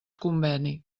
conveni